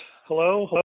Hello